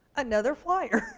another flyer.